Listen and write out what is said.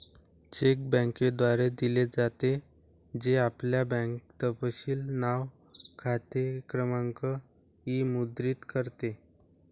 check बँकेद्वारे दिले जाते, जे आपले बँक तपशील नाव, खाते क्रमांक इ मुद्रित करते